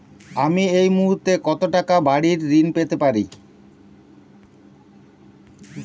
আমি এই মুহূর্তে কত টাকা বাড়ীর ঋণ পেতে পারি?